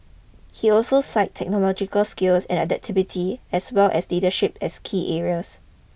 he also cite technological skills and adaptability as well as leadership as key areas